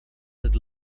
with